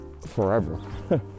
forever